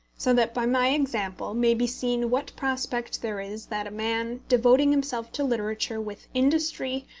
so that by my example may be seen what prospect there is that a man devoting himself to literature with industry,